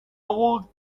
old